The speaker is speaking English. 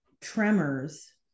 tremors